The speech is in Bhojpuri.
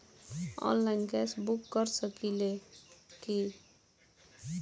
आनलाइन गैस बुक कर सकिले की?